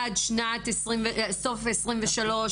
עד סוף 23',